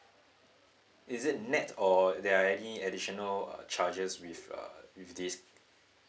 is it net or there are any additional uh charges with uh with this